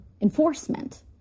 enforcement